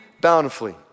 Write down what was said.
bountifully